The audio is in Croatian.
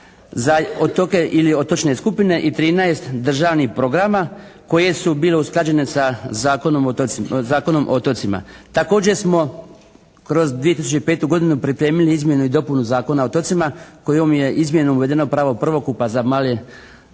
za otoke ili otočne skupine i 13 državnih programa koje su bile usklađene sa Zakonom o otocima. Također smo kroz 2005. godinu pripremili izmjenu i dopunu Zakona o otocima kojom je izmjenom uvedeno pravo prvokupa za male